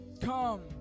come